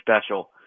special